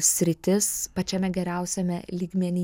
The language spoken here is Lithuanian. sritis pačiame geriausiame lygmeny